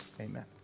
amen